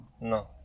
No